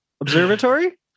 observatory